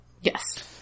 Yes